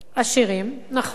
עשירים, נכון.